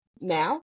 now